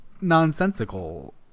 nonsensical